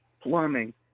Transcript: plumbing